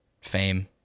Fame